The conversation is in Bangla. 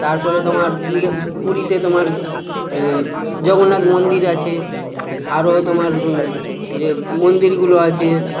তারপরে তোমার দিকে পুরীতে তোমার জগন্নাথ মন্দির আছে আরো তোমার যে মন্দিরগুলো আছে